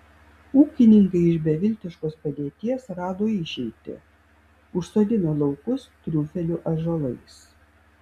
ūkininkai iš beviltiškos padėties rado išeitį užsodino laukus triufelių ąžuolais